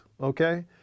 okay